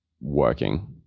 working